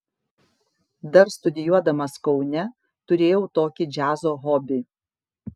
dar studijuodamas kaune turėjau tokį džiazo hobį